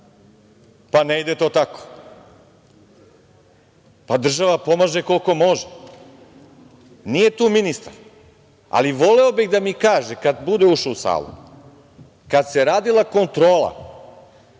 Ne ide to tako. Država pomaže koliko može. Nije tu ministar, ali voleo bih da mi kaže kada bude ušao u salu, kada se radila kontrola